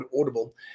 audible